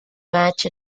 match